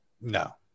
No